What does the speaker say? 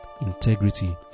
integrity